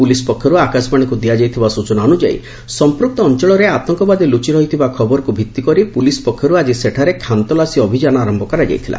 police ପକ୍ଷରୁ ଆକାଶବାଣୀକୁ ଦିଆଯାଇଥିବା ସୂଚନା ଅନୁଯାୟୀ ସମ୍ପୂକ୍ତ ଅଞ୍ଚଳରେ ଆତଙ୍କବାଦୀ ଲୁଚି ରହିଥିବା ଖବରକୁ ଭିଭି କରି ପୁଲିସ୍ ପକ୍ଷରୁ ଆଜି ସେଠାରେ ଖାନତଲାସୀ ଅଭିଯାନ ଆରମ୍ଭ କରାଯାଇଥିଲା